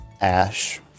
Ash